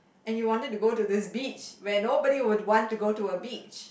and you wanted to go to this beach when nobody would want to go to a beach